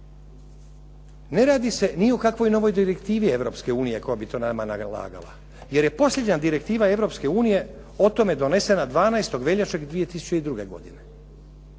Ne radi se ni o kakvoj novoj direktivi Europske unije koja bi to nama nalagala, jer je posljednja direktiva Europske unije o tome donesena 12. veljače 2002. godine.